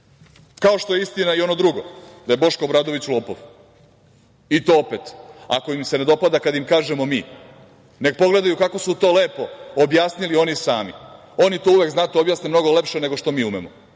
kao što je istina i ono drugo, da je Boško Obradović lopov. I to opet, ako im se ne dopada kada im kažemo mi, neka pogledaju kako su to lepo objasnili oni sami. Oni to uvek objasne mnogo lepše nego što mi umemo.